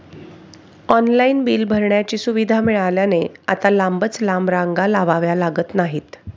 online bill भरण्याची सुविधा मिळाल्याने आता लांबच लांब रांगा लावाव्या लागत नाहीत